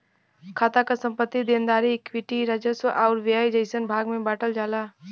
खाता क संपत्ति, देनदारी, इक्विटी, राजस्व आउर व्यय जइसन भाग में बांटल जाला